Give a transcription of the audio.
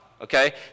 okay